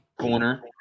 Corner